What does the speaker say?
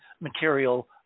material